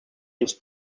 ens